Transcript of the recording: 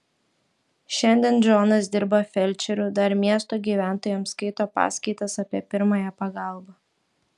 šiandien džonas dirba felčeriu dar miesto gyventojams skaito paskaitas apie pirmąją pagalbą